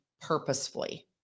purposefully